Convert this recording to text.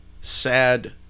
sad